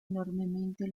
enormemente